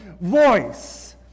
voice